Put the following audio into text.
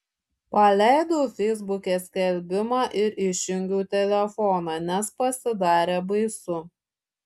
paleidau feisbuke skelbimą ir išjungiau telefoną nes pasidarė baisu